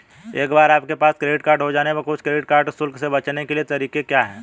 एक बार आपके पास क्रेडिट कार्ड हो जाने पर कुछ क्रेडिट कार्ड शुल्क से बचने के कुछ तरीके क्या हैं?